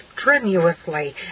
strenuously